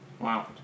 wow